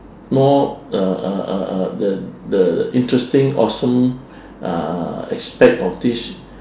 more uh uh uh uh the the interesting awesome uh aspect of this